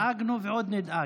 דאגנו ועוד נדאג.